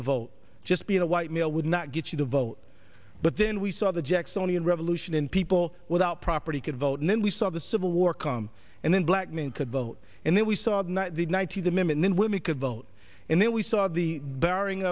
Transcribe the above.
to vote just being a white male would not get you to vote but then we saw the jacksonian revolution in people without property could vote and then we saw the civil war come and then black men could vote and then we saw the ninety the minute men women could vote and then we saw the bearing